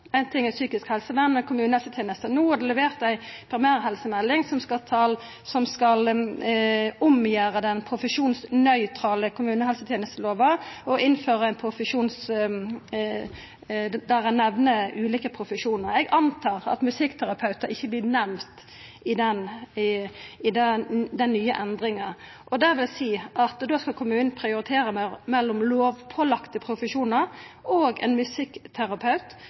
ting er psykisk helsevern innan kommunehelsetenesta. No er det levert ei primærhelsemelding som skal gjera om den profesjonsnøytrale kommunehelsetenestelova og berre nemna ulike profesjonar. Eg går ut frå at musikkterapeutar ikkje vert nemnde i den nye endringa. Det vil seia at då skal kommunen prioritera mellom lovpålagde profesjonar og ein